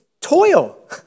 toil